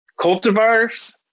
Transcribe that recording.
cultivars